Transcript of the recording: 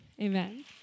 Amen